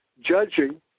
judging